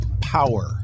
power